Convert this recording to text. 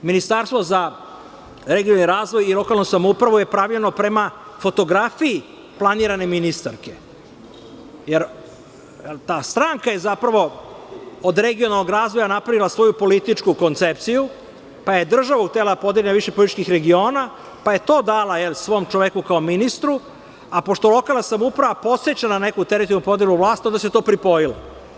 Ministarstvo za regionalni razvoj i lokalnu samoupravu je pravljeno prema fotografiji planirane ministarke, jer ta stranka je zapravo od regionalnog razvoja napravila svoju političku koncepciju, pa je državu htela da podigne na više političkih regiona, pa je to dala svom čoveku kao ministru, a pošto lokalna samouprava podseća na neku teritorijalnu podelu vlasti, onda se to pripojilo.